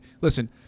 listen